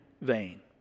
vain